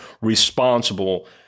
responsible